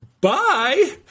Bye